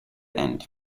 end